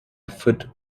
foot